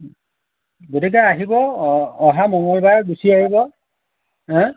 গতিকে আহিব অহা মঙ্গলবাৰে গুচি আহিব হেঁ